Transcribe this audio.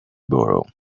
borrow